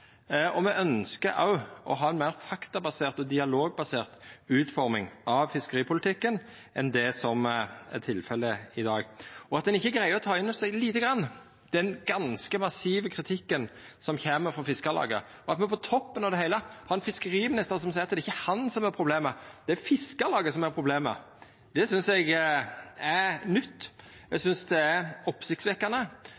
og me ønskjer òg å ha ei meir faktabasert og dialogbasert utforming av fiskeripolitikken enn det som er tilfellet i dag. Ein greier ikkje å ta inn over seg lite grann den ganske massive kritikken som kjem frå Fiskarlaget, og på toppen av det heile har me ein fiskeriminister som seier at det ikkje er han som er problemet, det er Fiskarlaget som er problemet. Det er nytt, eg synest det er